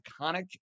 iconic